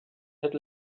had